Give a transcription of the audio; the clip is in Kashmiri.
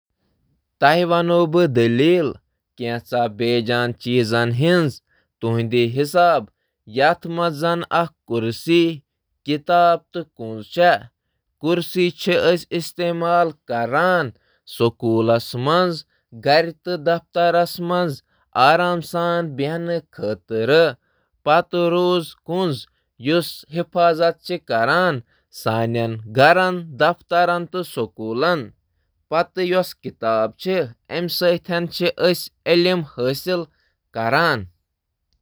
بہٕ ونن اکھ بے جان چیزن مُتعلق اکھ دٔلیٖل یتھ کٔنۍ زَن کرسی، اکھ کِتاب تہٕ اکھ کُنٛز۔ کرسی چِھ سکول تہٕ دفترن منٛز بِہنہٕ خٲطرٕ استعمال یوان کرنہٕ۔ اکھ کلید یۄس سانین گھرن، دفترن تہٕ سکوٗلَن ہٕنٛز حفاظت چھِ کران۔. اکھ کِتاب یۄسہٕ پرنہٕ خٲطرٕ استعمال گژھان چھِ تہٕ أسۍ چھِ تعلیم حٲصِل کران۔